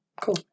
cool